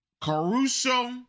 caruso